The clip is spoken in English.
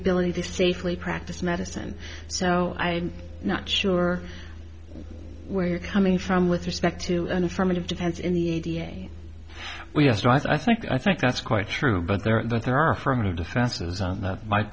ability to safely practice medicine so i'm not sure where you're coming from with respect to an affirmative defense in the d n a yes i think i think that's quite true but there that there are affirmative defenses on that might